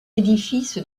édifice